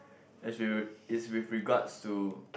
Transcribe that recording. is you is with regards to